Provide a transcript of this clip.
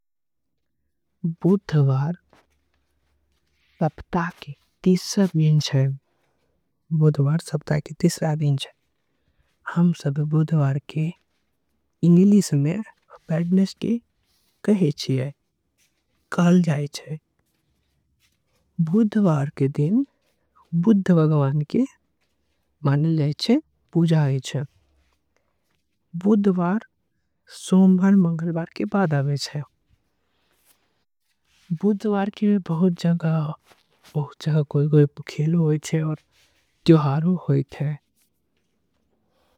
बुधवार सप्ताह के तीसरा दिन छे। बुधवार के इंग्लिश में वेडनसडे कहे। जाय छीये बुधवार के दिन बुध भगवान। के पूजा करे छीये बुधवार मंगलवार। आऊ सोमवार के बाद आवे छीये।